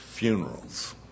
funerals